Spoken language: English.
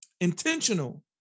intentional